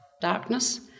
darkness